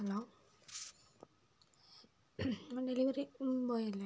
hello നിങ്ങൾ delivery boy അല്ലെ